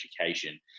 education